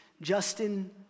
Justin